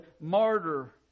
martyr